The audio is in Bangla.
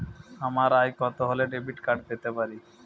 আমার আয় কত হলে ডেবিট কার্ড পেতে পারি?